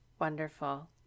Wonderful